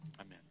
Amen